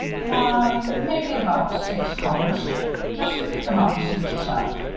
why make it about six colors just pick em out to suit yourself.